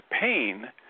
pain